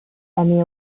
emmy